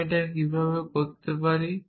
আমি এটা কিভাবে করতে পারি